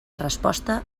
resposta